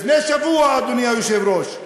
לפני שבוע, אדוני היושב-ראש,